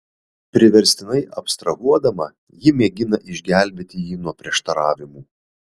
priverstinai abstrahuodama ji mėgina išgelbėti jį nuo prieštaravimų